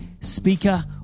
speaker